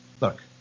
Look